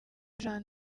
jean